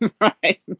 right